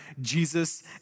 Jesus